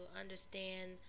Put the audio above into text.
understand